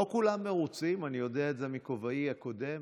לא כולם מרוצים, אני יודע את זה מכובעי הקודם